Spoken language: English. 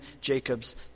Jacob's